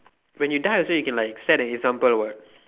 when you die also like set an example what